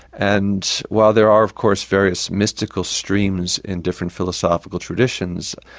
and while there are, of course, various mystical streams in different philosophical traditions,